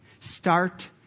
Start